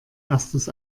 erstes